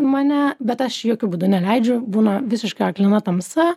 mane bet aš jokiu būdu neleidžiu būna visiška aklina tamsa